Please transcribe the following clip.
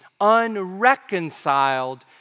unreconciled